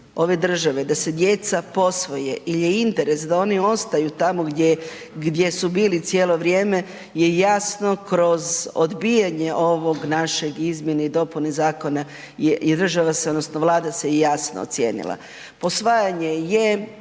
ove države da se djeca posvoje il je interes da oni ostaju tamo gdje, gdje su bili cijelo vrijeme, je jasno kroz odbijanje ovog našeg izmjene i dopune zakona i država se odnosno Vlada se jasno ocijenila. Posvajanje je,